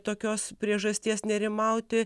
tokios priežasties nerimauti